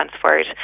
transferred